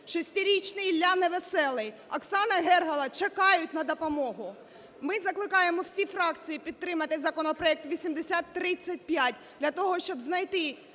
6-річний Ілля Невеселий, Оксана Гергало чекають на допомогу. Ми закликаємо всі фракції підтримати законопроект 8035 для того, щоб знайти